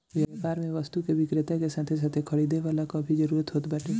व्यापार में वस्तु के विक्रेता के साथे साथे खरीदे वाला कअ भी जरुरत होत बाटे